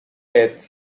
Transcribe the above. death